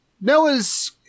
Noah's